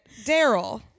Daryl